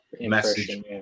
message